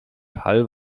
hall